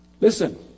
Listen